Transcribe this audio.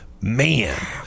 Man